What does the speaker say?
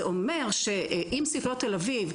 זה אומר שאם ספריית תל אביב,